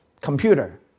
computer